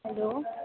hello